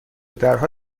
درها